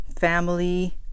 family